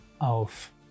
Auf